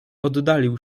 oddalił